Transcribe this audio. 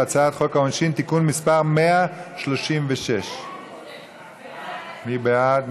הצעת חוק העונשין (תיקון מס' 136). מי בעד?